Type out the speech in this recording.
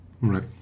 Right